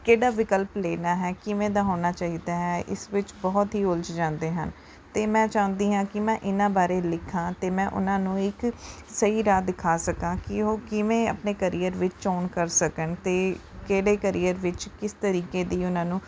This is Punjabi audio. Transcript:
ਕਿਹੜਾ ਵਿਕਲਪ ਲੈਣਾ ਹੈ ਕਿਵੇਂ ਦਾ ਹੋਣਾ ਚਾਹੀਦਾ ਹੈ ਇਸ ਵਿੱਚ ਬਹੁਤ ਹੀ ਉਲਝ ਜਾਂਦੇ ਹਨ ਅਤੇ ਮੈਂ ਚਾਹੁੰਦੀ ਹਾਂ ਕਿ ਮੈਂ ਇਨ੍ਹਾਂ ਬਾਰੇ ਲਿਖਾਂ ਅਤੇ ਮੈਂ ਉਨ੍ਹਾਂ ਨੂੰ ਇੱਕ ਸਹੀ ਰਾਹ ਦਿਖਾ ਸਕਾਂ ਕਿ ਉਹ ਕਿਵੇਂ ਅਪਣੇ ਕਰੀਅਰ ਵਿੱਚ ਚੋਣ ਕਰ ਸਕਣ ਅਤੇ ਕਿਹੜੇ ਕਰੀਅਰ ਵਿੱਚ ਕਿਸ ਤਰੀਕੇ ਦੀ ਉਨ੍ਹਾਂ ਨੂੰ